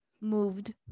moved